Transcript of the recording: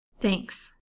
Thanks